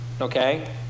Okay